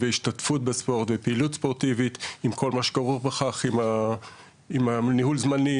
השתתפות בספורט ובפעילות הספורטיבית עם כל מה שכרוך בכך עם ניהול זמנים,